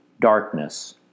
darkness